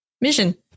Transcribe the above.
Mission